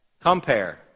Compare